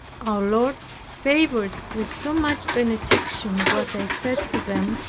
our lord favored with so much benediction what i said to them,